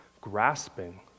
Grasping